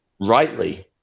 rightly